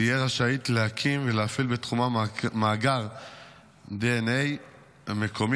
תהיה רשאית להקים ולהפעיל בתחומה מאגר דנ"א מקומי